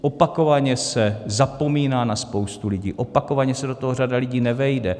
Opakovaně se zapomíná na spoustu lidí, opakovaně se do toho řada lidí nevejde.